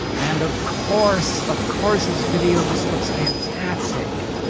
and of course, of course his video just looks fantastic.